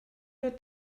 der